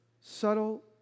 subtle